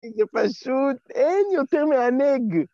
פשוט, אין, יותר מענג!